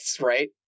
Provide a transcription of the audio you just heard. right